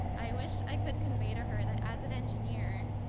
i wish i could convey to her that as an engineer